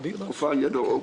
לתקופה של ינואר אוגוסט.